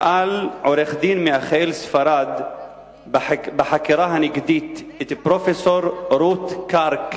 שאל עורך-דין מיכאל ספרד בחקירה הנגדית את פרופסור רות קרק